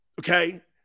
Okay